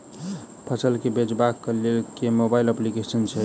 फसल केँ बेचबाक केँ लेल केँ मोबाइल अप्लिकेशन छैय?